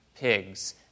pigs